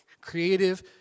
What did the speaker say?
creative